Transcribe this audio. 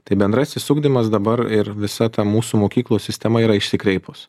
tai bendrasis ugdymas dabar ir visa ta mūsų mokyklų sistema yra išsikreipus